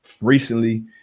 recently